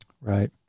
Right